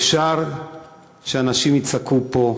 אפשר שאנשים יצעקו פה,